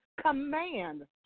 command